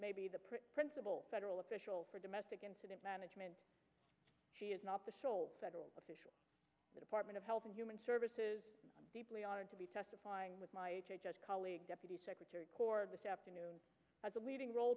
pretty principal federal official for domestic incident management she is not the sole federal official the department of health and human services deeply honored to be testifying with my colleague deputy secretary cordless afternoon as a leading role